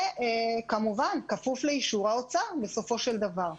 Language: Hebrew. וכמובן בכפוף לאישור משרד האוצר בסופו של דבר.